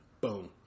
Boom